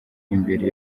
imbere